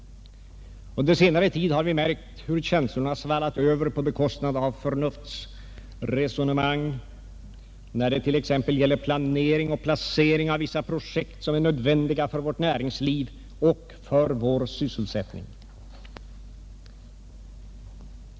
Under senare tid har vi märkt hur känslorna svallat över på bekostnad av förnuftsresonemang när det t.ex. gäller planering och placering av vissa projekt som är nödvändiga för vårt näringsliv och för vår sysselsättning.